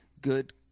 good